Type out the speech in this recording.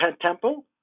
temple